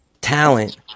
talent